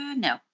No